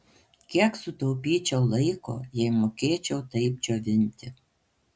kiek sutaupyčiau laiko jei mokėčiau taip džiovinti